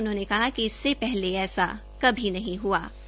उन्होंने कहा कि इससे पहले ऐसा कभी नहीं ह्आ है